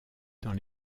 dans